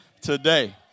today